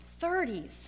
30s